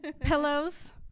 Pillows